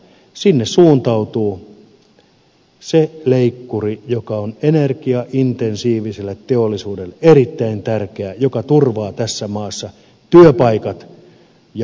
sinne suuntautuu se leikkuri joka on energiaintensiiviselle teollisuudelle erittäin tärkeä ja joka turvaa tässä maassa työpaikat ja teollisuuden